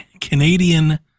Canadian